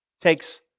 Takes